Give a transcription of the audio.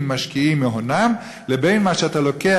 משקיעים מהונם לבין מה שאתה לוקח,